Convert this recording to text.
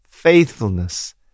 faithfulness